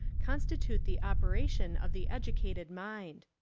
constitute the operation of the edu cated mind.